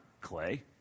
Clay